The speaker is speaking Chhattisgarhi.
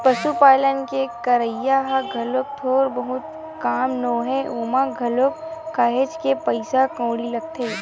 पसुपालन के करई ह घलोक थोक बहुत के काम नोहय ओमा घलोक काहेच के पइसा कउड़ी लगथे